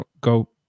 go